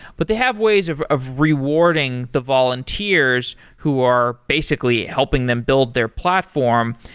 but they have ways of of rewarding the volunteers who are basically helping them build their platform.